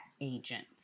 agents